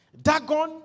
Dagon